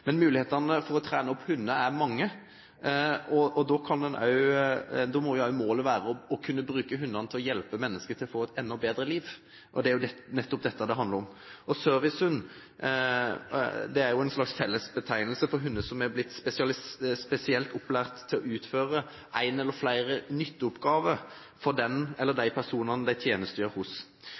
Men mulighetene for å trene opp hunder er mange, og da må jo også målet være å kunne bruke hunder til å hjelpe mennesker til å få et enda bedre liv. Og det er jo nettopp dette det handler om. Servicehund er en slags fellesbetegnelse for hunder som er blitt spesielt opplært til å utføre én eller flere nytteoppgaver for den – eller de – personen den tjenestegjør hos,